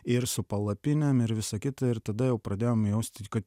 ir su palapinėm ir visą kitą ir tada jau pradėjom jausti kad